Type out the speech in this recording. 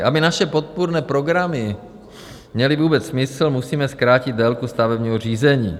Aby naše podpůrné programy měly vůbec smysl, musíme zkrátit délku stavebního řízení.